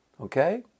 okay